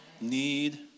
need